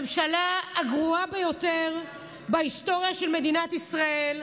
הממשלה הגרועה ביותר בהיסטוריה של מדינת ישראל.